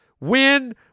win